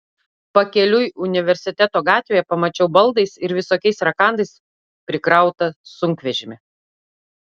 pakeliui universiteto gatvėje pamačiau baldais ir visokiais rakandais prikrautą sunkvežimį